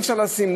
אי-אפשר לשים,